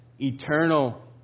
eternal